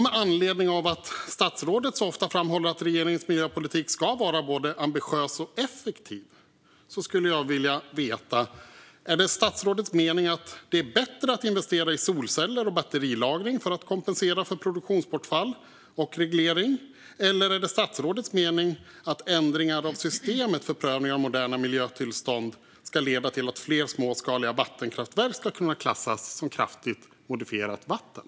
Med anledning av att statsrådet så ofta framhåller att regeringens miljöpolitik ska vara både ambitiös och effektiv skulle jag vilja veta följande: Är det statsrådets mening att det är bättre att investera i solceller och batterilagring för att kompensera för produktionsbortfall och reglering, eller är det statsrådets mening att ändringar av systemet för prövningar av moderna miljötillstånd ska leda till att fler småskaliga vattenkraftverk ska kunna klassas som kraftigt modifierat vatten?